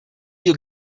you